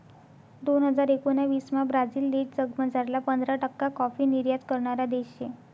दोन हजार एकोणाविसमा ब्राझील देश जगमझारला पंधरा टक्का काॅफी निर्यात करणारा देश शे